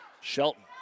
Shelton